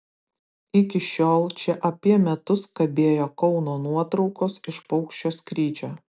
iki šiol čia apie metus kabėjo kauno nuotraukos iš paukščio skrydžio